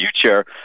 future